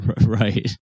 Right